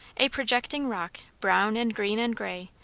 a projecting rock, brown and green and grey,